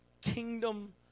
kingdom